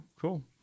cool